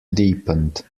deepened